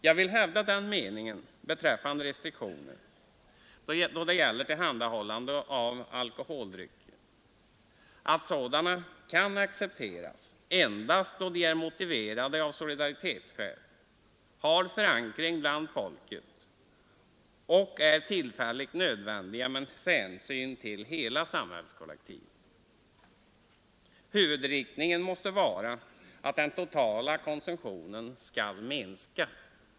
Jag vill hävda den meningen beträffande restriktioner när det gäller tillhandahållandet av alkoholdrycker, att sådana restriktioner kan accepteras endast då de är motiverade av solidaritetsskäl, har förankring bland folket och är tillfälligt nödvändiga med hänsyn till hela samhällskollektivet. Huvudinriktningen måste vara att den totala konsumtionen skall minska.